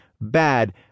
bad